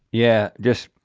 yeah, just,